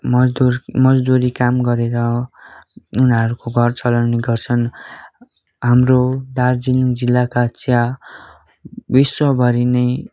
मजदुर मजदुरी काम गरेर उनीहरूको घर चलाउने गर्छन् हाम्रो दार्जिलिङ जिल्लाका चिया विश्वभरि नै